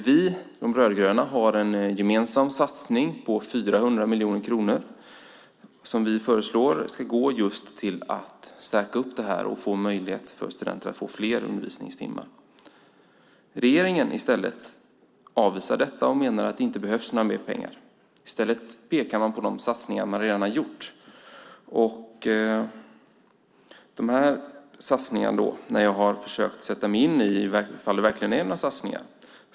Vi, de rödgröna, har en gemensam satsning på 400 miljoner kronor som vi föreslår ska gå just till att stärka upp det och ge möjligheter för studenter att få fler undervisningstimmar. Regeringen avvisar detta och menar att det inte behövs några mer pengar. I stället pekar man på de satsningar man redan har gjort. Jag har försökt sätta mig in i om det verkligen är några satsningar.